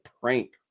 prank